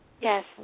Yes